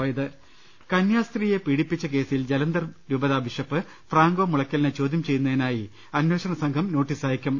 ലലലലലലലലലലലല കന്യാസ്ത്രീയെ പീഡിപ്പിച്ച കേസിൽ ജലന്ധർ രൂപതാ ബിഷപ്പ് ഫ്രാങ്കോമുളയ്ക്കലിനെ ചോദ്യം ചെയ്യു ന്ന തി നായി അന്വേഷണ സംഘം നോട്ടീസ് അയക്കും